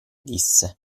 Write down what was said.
disse